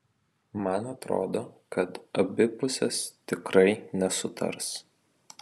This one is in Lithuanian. man atrodo kad abi pusės tikrai nesutars